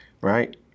right